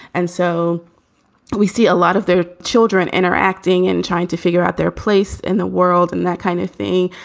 and so we see a lot of their children interacting and trying to figure out their place in the world and that kind of thing.